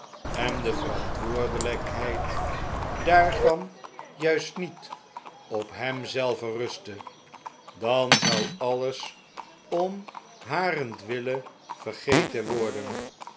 en de verantwoordelijkheid daarvan juist niet op hem zelven rus'tte dan zou alles om harentwille vergeten worden